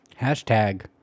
Hashtag